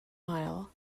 mile